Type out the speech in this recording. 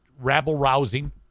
rabble-rousing